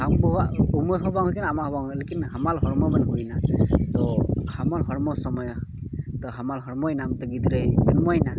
ᱟᱢ ᱵᱟᱹᱦᱩᱣᱟᱜ ᱩᱢᱮᱨ ᱦᱚᱸ ᱵᱟᱝ ᱦᱩᱭᱟᱠᱟᱱᱟ ᱟᱢᱟᱜ ᱦᱚᱸ ᱵᱟᱝ ᱦᱩᱭᱟᱠᱟᱱᱟ ᱞᱮᱠᱤᱱ ᱦᱟᱢᱟᱞ ᱦᱚᱲᱢᱚ ᱵᱤᱱ ᱦᱩᱭᱱᱟ ᱛᱚ ᱦᱟᱢᱟᱞ ᱦᱚᱲᱢᱚ ᱥᱚᱢᱚᱭ ᱦᱟᱢᱟᱞ ᱦᱚᱲᱢᱭᱱᱟ ᱟᱢᱛᱮ ᱜᱤᱫᱽᱨᱟᱹᱭ ᱡᱚᱱᱢᱚᱭᱱᱟ